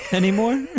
anymore